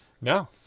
no